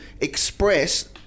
Express